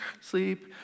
sleep